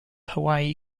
hawaii